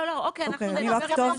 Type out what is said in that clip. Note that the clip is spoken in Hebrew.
או שזה יהיה ביקור